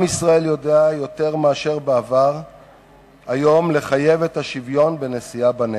היום עם ישראל יודע יותר מאשר בעבר לחייב את השוויון בנשיאה בנטל.